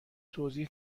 توضیح